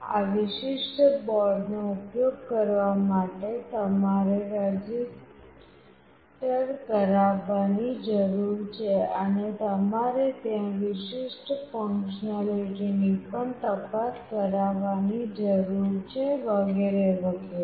આ વિશિષ્ટ બોર્ડનો ઉપયોગ કરવા માટે તમારે રજિસ્ટર કરાવવાની જરૂર છે અને તમારે ત્યાં વિશિષ્ટ ફંક્શનાલીટી ની પણ તપાસ કરાવવાની જરૂર છે વગેરે વગેરે